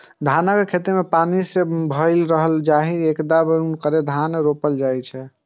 धानक खेत पानि सं भरल होइ छै, जाहि मे कदबा करि के धान रोपल जाइ छै